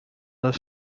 the